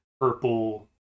purple